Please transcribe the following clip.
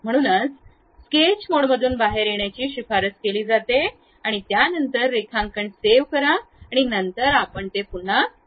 म्हणूनच स्केच मोडमधून बाहेर येण्याची शिफारस केली जाते त्यानंतर रेखांकन सेव्ह करा आणि नंतर आपण ते पुन्हा उघडू शकता